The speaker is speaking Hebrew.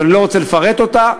שאני לא רוצה לפרט אותה,